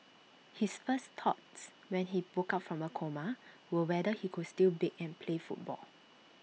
his first thoughts when he woke up from A coma were whether he could still bake and play football